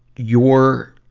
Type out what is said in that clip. your,